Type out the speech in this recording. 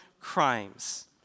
crimes